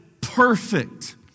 perfect